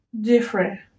different